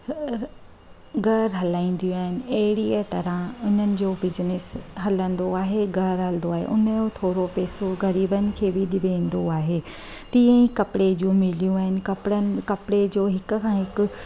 हअह घर हलाईंदियूं आहिनि एड़िए तरह उन्हनि जो बिजनिस हलंदो आहे घर हलंदो आहे उनजो थोरो पेसो गरीबनि खे बि वेंदो आहे तीअं ई कपिड़े जूं मिलियूं आहिनि कपिड़नि कपिड़े जो हिकु खां हिकु